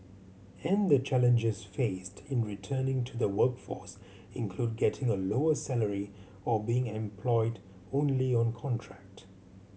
and the challenges faced in returning to the workforce include getting a lower salary or being employed only on contract